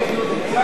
אייכלר,